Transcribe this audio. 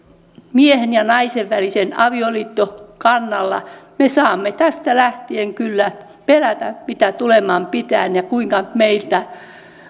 miehen ja naisen välisen avioliiton kannalla saamme tästä lähtien kyllä pelätä mitä tuleman pitää ja kuinka meitä